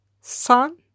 Son